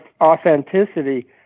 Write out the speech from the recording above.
authenticity